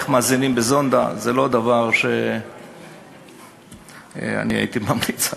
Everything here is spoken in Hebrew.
שמזינים בזונדה, זה לא דבר שהייתי ממליץ עליו.